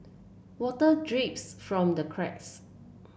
water drips from the cracks